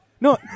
No